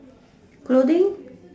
clothing